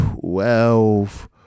twelve